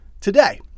today